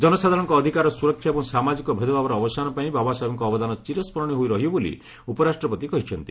ଜନସାଧାରଣଙ୍କ ଅଧିକାରର ସୁରକ୍ଷା ଏବଂ ସାମାଜିକ ଭେଦଭାବର ଅବସାନ ପାଇଁ ବାବାସାହେବଙ୍କ ଅବଦାନ ଚିରସ୍କରଣୀୟ ହୋଇ ରହିବ ବୋଲି ଉପରାଷ୍ଟ୍ରପତି କହିଛନ୍ତି